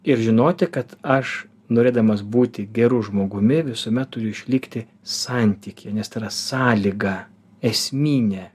ir žinoti kad aš norėdamas būti geru žmogumi visuomet turiu išlikti santyky nes sąlyga esminė